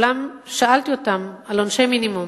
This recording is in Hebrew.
שאלתי אותם על עונשי מינימום.